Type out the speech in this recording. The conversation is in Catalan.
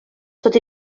tot